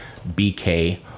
BK